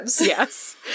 Yes